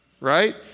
right